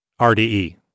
RDE